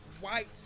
white